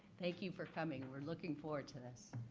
thank you for coming. we're looking forward to this.